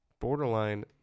borderline